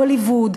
הוליווד,